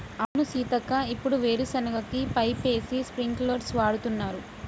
అవును సీతక్క ఇప్పుడు వీరు సెనగ కి పైపేసి స్ప్రింకిల్స్ వాడుతున్నారు